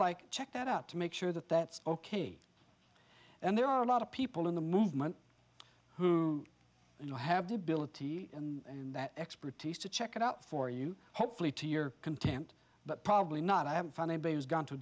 like check that out to make sure that that's ok and there are a lot of people in the movement who you know have the ability and that expertise to check it out for you hopefully to your content but probably not i haven't found anybody who's gone to